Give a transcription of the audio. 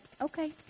okay